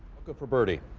rocca for birdie.